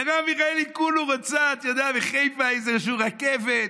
מרב מיכאלי כולה רוצה מחיפה איזושהי רכבת,